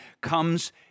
comes